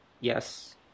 Yes